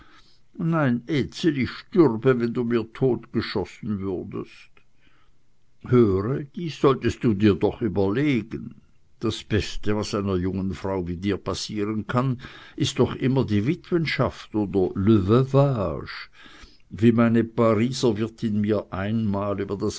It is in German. nein ezel ich stürbe wenn du mir totgeschossen würdest höre dies solltest du dir doch überlegen das beste was einer jungen frau wie dir passieren kann ist doch immer die witwenschaft oder le veuvage wie meine pariser wirtin mir einmal über das